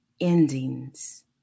endings